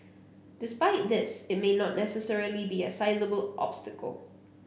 despite this it may not necessarily be a sizeable obstacle